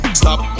stop